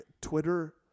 Twitter